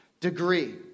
degree